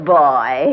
boy